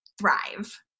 thrive